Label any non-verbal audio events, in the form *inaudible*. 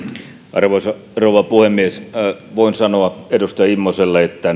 arvoisa rouva puhemies voin sanoa edustaja immoselle että *unintelligible*